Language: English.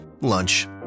Lunch